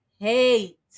Hate